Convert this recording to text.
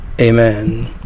Amen